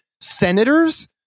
senators